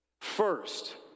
First